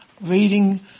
reading